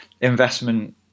investment